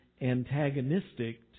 antagonistic